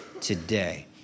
today